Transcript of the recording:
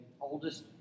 oldest